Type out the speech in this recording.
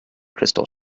crystal